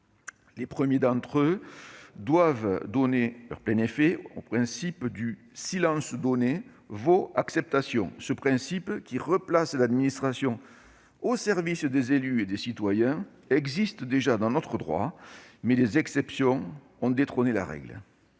Les premiers d'entre eux ont pour objet de donner son plein effet au principe « silence gardé vaut acceptation ». Ce principe, qui replace l'administration au service des élus et des citoyens, existe déjà dans notre droit, mais les exceptions ont détrôné la règle.